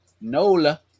Nola